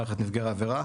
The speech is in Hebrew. מערכת נפגעי עבירה,